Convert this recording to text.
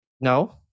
No